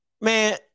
Man